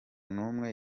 numwe